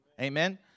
Amen